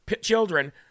children